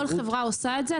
כל חברה עושה את זה.